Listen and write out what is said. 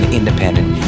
independent